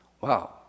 Wow